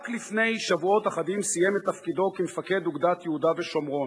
רק לפני שבועות אחדים סיים את תפקידו כמפקד אוגדת יהודה ושומרון.